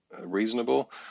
reasonable